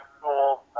School